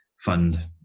fund